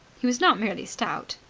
he was not merely stout.